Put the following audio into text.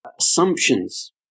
assumptions